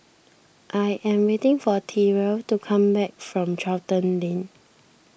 I am waiting for Terell to come back from Charlton Lane